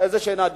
איזושהי עדיפות.